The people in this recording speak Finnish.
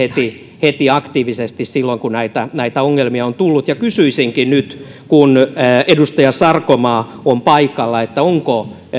puuttunut aktiivisesti heti silloin kun näitä näitä ongelmia on tullut kysyisinkin nyt kun edustaja sarkomaa on paikalla onko